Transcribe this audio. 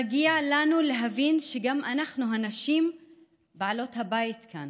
מגיע לנו להבין שגם אנחנו הנשים בעלות הבית כאן.